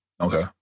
Okay